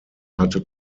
hatte